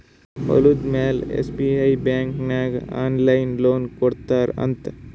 ಹೊಲುದ ಮ್ಯಾಲ SBI bank ನಾಗ್ ಆನ್ಲೈನ್ ಲೋನ್ ಕೊಡ್ತಾರ್ ಅಂತ್